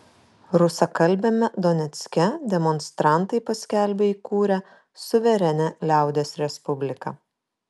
rusakalbiame donecke demonstrantai paskelbė įkūrę suverenią liaudies respubliką